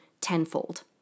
tenfold